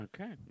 okay